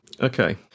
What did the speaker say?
Okay